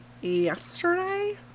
yesterday